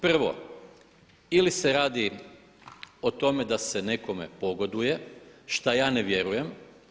Prvo, ili se radi o tome da se nekome pogoduje, šta ja ne vjerujem.